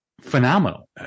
phenomenal